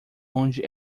onde